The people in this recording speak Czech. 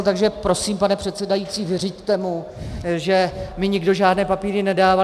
Takže prosím, pane předsedající, vyřiďte mu, že mi nikdo žádné papíry nedával.